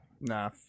Nah